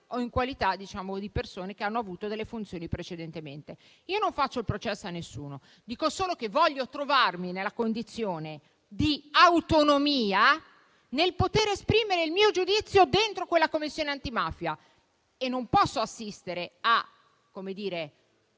commissari o di persone che hanno ricoperto delle funzioni precedentemente. Io non faccio il processo a nessuno, ma dico solo che voglio trovarmi nella condizione di autonomia nel poter esprimere il mio giudizio dentro quella Commissione antimafia e non posso assistere a veri e